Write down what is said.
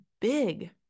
big